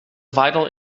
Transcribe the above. vital